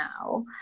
now